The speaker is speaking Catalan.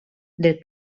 del